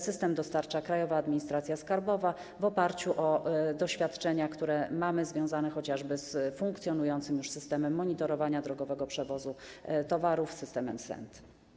System dostarcza Krajowa Administracja Skarbowa w oparciu o doświadczenia, które mamy, związane chociażby z funkcjonującym już systemem monitorowania drogowego przewozu towarów, systemem SENT.